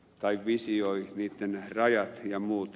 tai visioi miten rajat ja muut